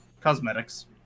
cosmetics